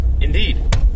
Indeed